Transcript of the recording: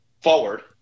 forward